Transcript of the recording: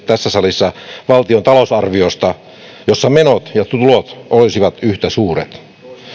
tässä salissa valtion talousarviosta jossa menot ja tulot olisivat yhtä suuret